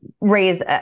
raise